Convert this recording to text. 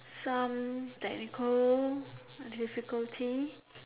some technical difficulty